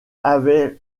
avaient